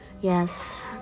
Yes